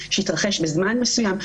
שהתרחש בזמן מסוים,